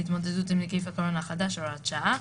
להתמודדות עם נגיף הקורונה החדש (הוראת שעה),